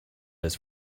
his